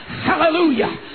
Hallelujah